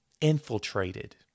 infiltrated